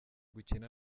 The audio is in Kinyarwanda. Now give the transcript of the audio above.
gukina